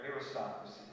aristocracy